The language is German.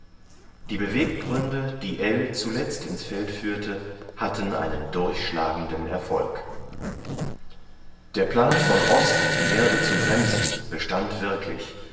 die beweggründe die ell zuletzt ins feld führte hatten einen durchschlagenden erfolg der plan von oß die erde zu bremsen bestand wirklich